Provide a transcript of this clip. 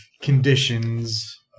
conditions